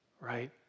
Right